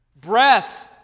Breath